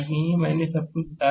मैंने सब कुछ बता दिया है